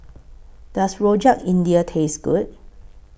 Does Rojak India Taste Good